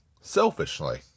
selfishly